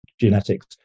genetics